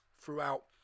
throughout